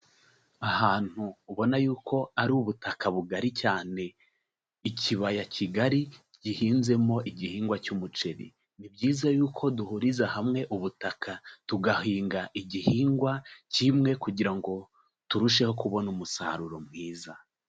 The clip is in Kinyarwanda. Ahantu ubona yuko ari ubutaka bugari cyane, ikibaya kigari gihinzemo igihingwa cy'umuceri, ni byiza yuko duhuriza hamwe ubutaka tugahinga igihingwa kimwe kugira ngo turusheho kubona umusaruro mwiza.